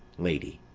lady.